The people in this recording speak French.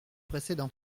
précédent